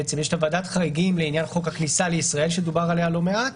יש ועדת חריגים לעניין חוק הכניסה לישראל שדובר עליה לא מעט,